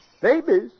Babies